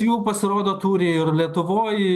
jų pasirodo turi ir lietuvoj